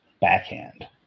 backhand